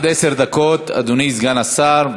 בבקשה, עד עשר דקות, אדוני סגן השר.